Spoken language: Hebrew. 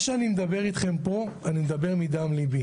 אני מדבר פה מדם לבי